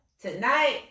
tonight